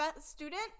student